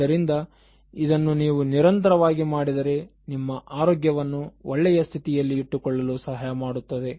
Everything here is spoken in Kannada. ಆದ್ದರಿಂದ ಇದನ್ನು ನೀವು ನಿರಂತರವಾಗಿ ಮಾಡಿದರೆ ನಿಮ್ಮ ಆರೋಗ್ಯವನ್ನು ಒಳ್ಳೆಯ ಸ್ಥಿತಿಯಲ್ಲಿ ಇಟ್ಟುಕೊಳ್ಳಲು ಸಹಾಯಮಾಡುತ್ತದೆ